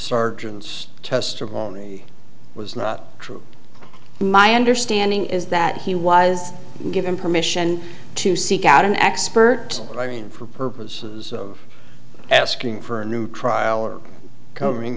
surgeon's testimony was not true my understanding is that he was given permission to seek out an expert i mean for purposes of asking for a new trial or covering